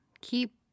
keep